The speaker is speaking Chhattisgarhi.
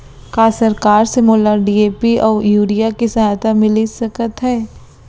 का सरकार से मोला डी.ए.पी अऊ यूरिया के सहायता मिलिस सकत हे?